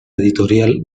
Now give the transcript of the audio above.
editorial